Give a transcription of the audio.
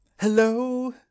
Hello